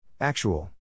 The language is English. Actual